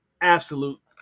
absolute